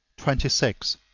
twenty six.